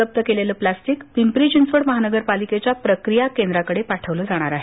जप्त केलेलं प्लॅस्टीक पिंपरी चिंचवड महानगरपालिकेच्या प्रक्रिया केंद्राकडे पाठवलं जाणार आहे